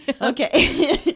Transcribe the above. Okay